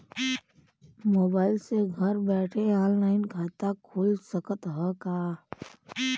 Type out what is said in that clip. Mobile से घर बैठे ऑनलाइन खाता खुल सकत हव का?